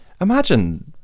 imagine